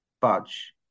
budge